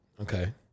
Okay